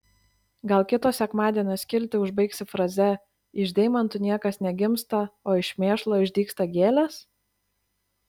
gal kito sekmadienio skiltį užbaigsi fraze iš deimantų niekas negimsta o iš mėšlo išdygsta gėlės